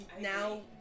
now